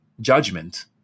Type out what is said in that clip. judgment